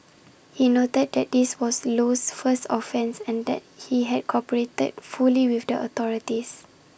he noted that this was Low's first offence and that he had cooperated fully with the authorities